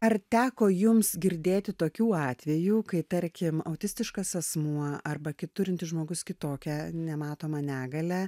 ar teko jums girdėti tokių atvejų kai tarkim autistiškas asmuo arba turintis žmogus kitokią nematomą negalią